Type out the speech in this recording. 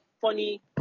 funny